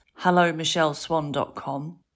HelloMichelleSwan.com